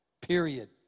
period